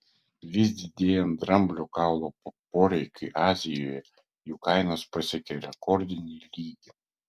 vis didėjant dramblio kaulo poreikiui azijoje jų kainos pasiekė rekordinį lygį